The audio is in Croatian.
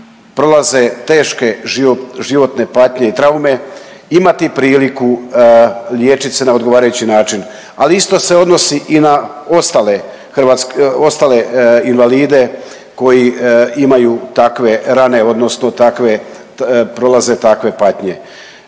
prolaze teške životne patnje i traume, imati priliku liječit se na odgovarajući način. Ali isto se odnosi i na ostale invalide koji imaju takve rane odnosno takve, prolaze takve patnje.